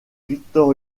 victor